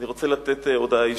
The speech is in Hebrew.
אני רוצה לתת הודעה אישית.